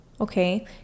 okay